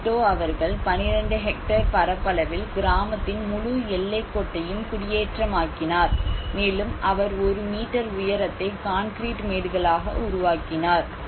கிரெட்டோ அவர்கள் 12 ஹெக்டேர் பரப்பளவில் கிராமத்தின் முழு எல்லைக் கோட்டையும் குடியேற்றமாக்கினார் மேலும் அவர் ஒரு மீட்டர் உயரத்தை கான்கிரீட் மேடுகளாக உருவாக்கினார்